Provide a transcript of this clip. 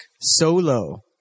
Solo